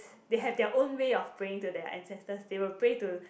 they have their own way of praying their ancestors they will pray to